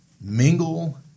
mingle